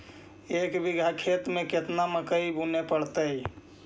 एक बिघा खेत में केतना मकई बुने पड़तै?